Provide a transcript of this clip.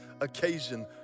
occasion